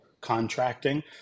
contracting